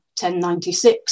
1096